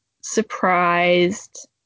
surprised